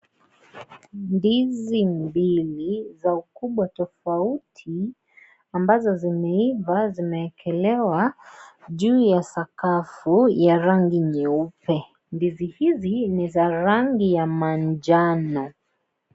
Ndizi mbili za ukubwa tofauti ambazo zimeiva zimekelewa juu ya sakafu ya rangi nyeupe. Ndizi hizi ni za rangi ya manjano.